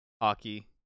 hockey